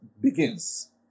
begins